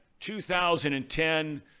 2010